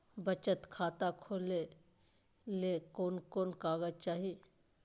बचत खाता खोले ले कोन कोन कागज चाही?